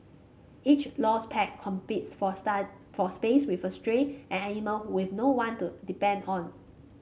each lost pet competes for start for space with a stray an animal with no one to depend on